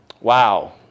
Wow